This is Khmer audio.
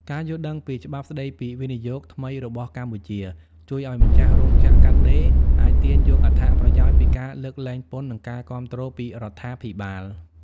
ការយល់ដឹងពីច្បាប់ស្ដីពីវិនិយោគថ្មីរបស់កម្ពុជា ជួយឱ្យម្ចាស់រោងចក្រកាត់ដេរអាចទាញយកអត្ថប្រយោជន៍ពីការលើកលែងពន្ធ និងការគាំទ្រពីរដ្ឋាភិបាល។